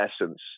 essence